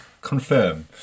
confirm